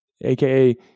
AKA